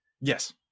Yes